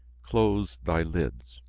close thy lids!